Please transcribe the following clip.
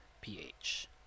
Ph